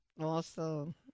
Awesome